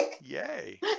Yay